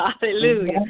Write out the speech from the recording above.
Hallelujah